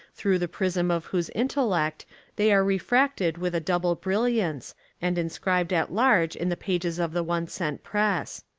through the prism of whose intellect they are refracted with a double brilliance and inscribed at large in the pages of the one-cent press.